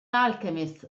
alchemist